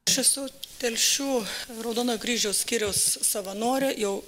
aš esu telšių raudonojo kryžiaus skyriaus savanorė jau